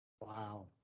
Wow